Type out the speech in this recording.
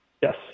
Yes